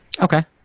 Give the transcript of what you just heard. Okay